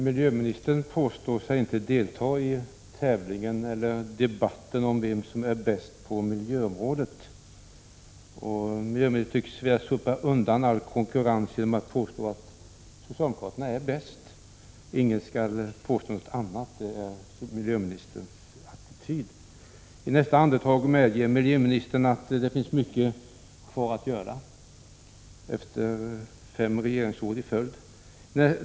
Miljöministern påstår sig inte delta i tävlingen eller debatten om vem som är bäst på miljöområdet, och därmed vill hon sopa undan all konkurrens genom att påstå att socialdemokraterna är bäst och att ingen skall påstå något annat — det är miljöministerns attityd. I nästa andetag medger hon dock att det finns mycket kvar att göra — efter fem regeringsår i följd!